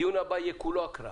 הדיון הבא יהיה כולו הקראה.